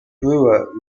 brewer